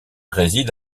réside